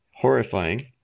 horrifying